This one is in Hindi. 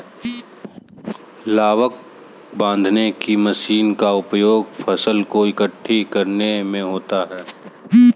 लावक बांधने की मशीन का उपयोग फसल को एकठी करने में होता है